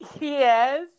Yes